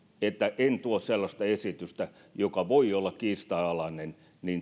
että en tuo sellaista esitystä joka voi olla kiistanalainen